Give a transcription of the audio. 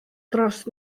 dros